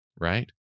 Right